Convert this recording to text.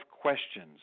questions